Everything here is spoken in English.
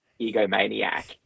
egomaniac